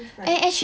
that's like